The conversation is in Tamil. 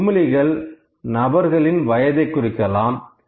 இந்த குமிழிகள் நபர்களின் வயதை குறிக்கலாம்